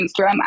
Instagram